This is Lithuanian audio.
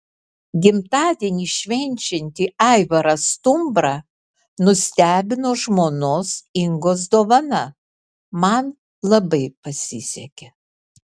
gimtadienį švenčiantį aivarą stumbrą nustebino žmonos ingos dovana man labai pasisekė